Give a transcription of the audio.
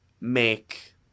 make